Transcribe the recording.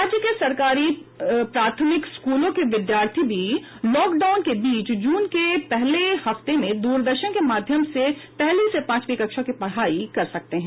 राज्य के सरकारी प्राथमिक स्कूलों के विद्यार्थी भी लॉकडाउन के बीच जून के पहले हफ्ते से दूरदर्शन के माध्यम से पहली से पांचवी कक्षा की पढाई कर सकते हैं